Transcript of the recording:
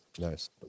Nice